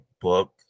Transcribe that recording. book